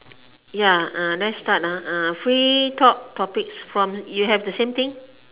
ya let's start free talk topics from you have the same thing